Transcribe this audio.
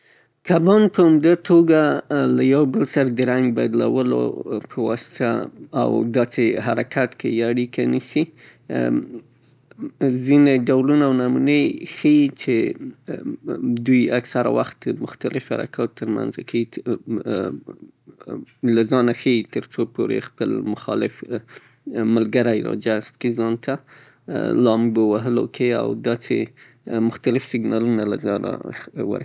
کبان په همدې توګه له يو بل سره د رنګ بدلولو په واسطه او دا څې حرکت کيي، اړيکه نيسي. ځينې ډولونه، نمونې ښيي چې دوی اکثره وخت مختلف حرکات ترمنځه کوي، له ځانه ښيي؛ ترڅو پورې خپل مخالف ملګری را جذب کړي ځان ته، لامبو وهلو کې او دا څې مختلف سېکنالونه له ځانه ورکي.